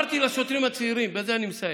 אמרתי לשוטרים הצעירים, בזה אני מסיים: